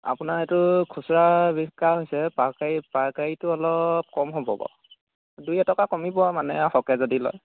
আপোনাৰ এইটো খুচুৰা বিকা হৈছে পাইকাৰী পাইকাৰীটো অলপ কম হ'ব বাৰু দুই এটকা কমিব মানে সৰহকৈ যদি লয়